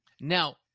Now